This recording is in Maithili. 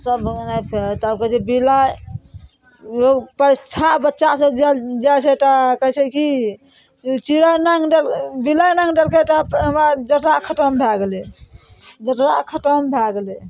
सब तब कहय छै बिलाइ ओ परीक्षा बच्चा सब जाइ छै तऽ कहय छै की चिड़य लाँघ देल बिलाइ लाँघ देलकइ तऽ हमरा जतरा खतम भए गेलय जतरा खतम भए गेलै